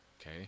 okay